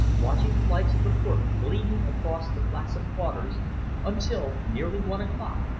watching the lights of the port gleaming across the placid waters until nearly one o'clock,